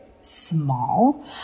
small